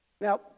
Now